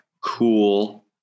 cool